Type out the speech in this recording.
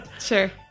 sure